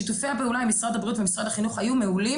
שיתופי הפעולה עם משרד הבריאות ומשרד החינוך היו מעולים